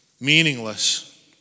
meaningless